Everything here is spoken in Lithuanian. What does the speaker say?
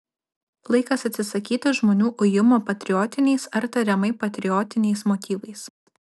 laikas atsisakyti žmonių ujimo patriotiniais ar tariamai patriotiniais motyvais